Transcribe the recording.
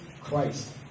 Christ